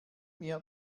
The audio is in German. mir